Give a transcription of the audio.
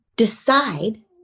decide